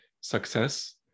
success